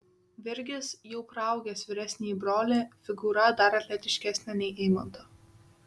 virgis jau praaugęs vyresnįjį brolį figūra dar atletiškesnė nei eimanto